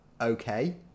okay